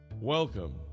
Welcome